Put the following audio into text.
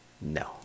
No